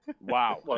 Wow